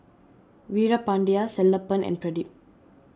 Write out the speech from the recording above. Veerapandiya Sellapan and Pradip